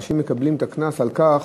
אנשים מקבלים את הקנס על כך